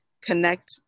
connect